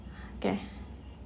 okay